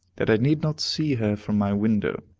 that i need not see her from my window.